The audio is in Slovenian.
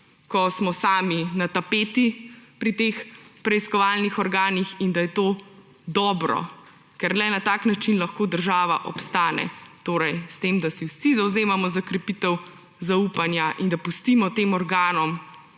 ko smo sami na tapeti pri teh preiskovalnih organih; in da je to dobro. Ker le na tak način lahko država obstane, torej s tem, da se vsi zavzemamo za krepitev zaupanja in da pustimo tem organom,